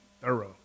Thorough